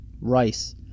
rice